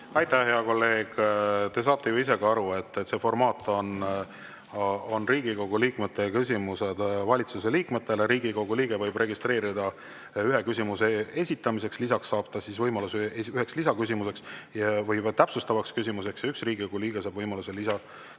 Aitäh, hea kolleeg! Te saate ju ise ka aru, et see formaat on Riigikogu liikmete küsimused valitsuse liikmetele. Riigikogu liige võib registreeruda ühe küsimuse esitamiseks, lisaks saab ta võimaluse üheks täpsustavaks küsimuseks ja üks Riigikogu liige saab võimaluse lisaküsimuseks.